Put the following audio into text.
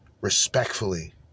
respectfully